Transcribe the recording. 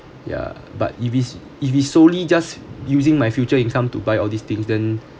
ya but if it's if it's solely just using my future income to buy all these things then